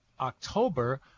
October